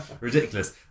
ridiculous